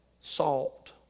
salt